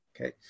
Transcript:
Okay